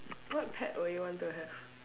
what pet would you want to have